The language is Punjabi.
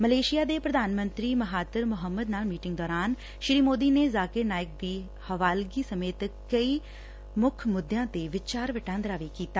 ਮਲੇਸ਼ੀਆ ਦੇ ਪ੍ਰਧਾਨ ਮੰਤਰੀ ਮਹਾਤਿਰ ਮੁਹੰਮਦ ਨਾਲ ਮੀਟਿੰਗ ਦੌਰਾਨ ਸ੍ਰੀ ਮੋਦੀ ਨੇ ਜਾਕਿਰ ਨਾਇਕ ਦੀ ਹਵਾਲਗੀ ਸਮੇਤ ਕਈ ਮੁੱਦਿਆਂ ਤੇ ਵਿਚਾਰ ਵਟਾਦਰਾ ਕੀਤਾ